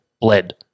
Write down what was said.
bled